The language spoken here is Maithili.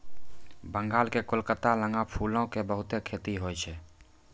बंगाल के कोलकाता लगां फूलो के बहुते खेती होय छै